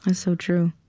and so true.